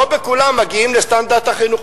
לא בכולם מגיעים לסטנדרט החינוך.